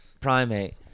primate